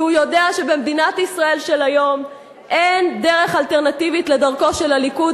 כי הוא יודע שבמדינת ישראל של היום אין דרך אלטרנטיבית לדרכו של הליכוד,